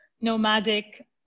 nomadic